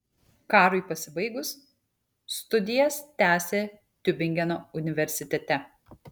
karui pasibaigus studijas tęsė tiubingeno universitete